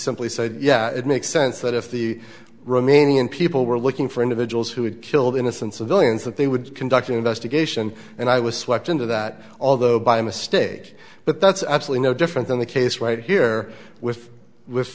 simply said yeah it makes sense that if the romanian people were looking for individuals who had killed innocent civilians that they would conduct an investigation and i was swept into that although by mistake but that's actually no different than the case right here with with